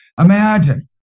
imagine